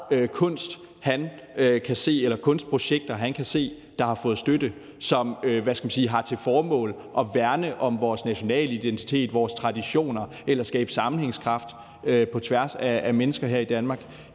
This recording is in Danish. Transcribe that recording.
kunstprojekter han kan se der har fået støtte, og som – hvad skal man sige – har til formål at værne om vores nationale identitet, vores traditioner eller skabe sammenhængskraft på tværs af mennesker her i Danmark.